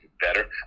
better